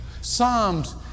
Psalms